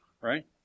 right